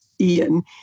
Ian